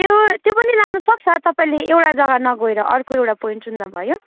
त्यो त्यो पनि लानुसक्छ तपाईँले एउटा जग्गा नगएर अर्को एउटा पोइन्ट चुन्दा भयो